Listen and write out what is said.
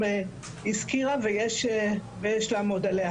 כמו שנאמר כאן.